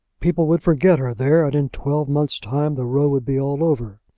people would forget her there, and in twelve months time the row would be all over.